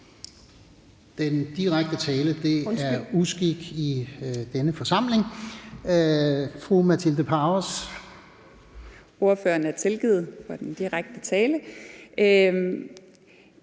Den direkte tiltale er en uskik i denne forsamling.